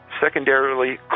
Secondarily